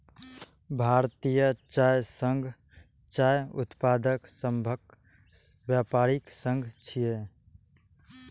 भारतीय चाय संघ चाय उत्पादक सभक व्यापारिक संघ छियै